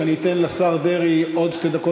שאני אתן לשר דרעי עוד שתי דקות,